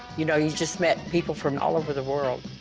you know, you just met people from all over the world.